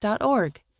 org